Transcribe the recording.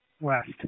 west